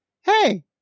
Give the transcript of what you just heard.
hey